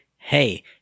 Hey